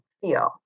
feel